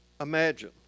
imagine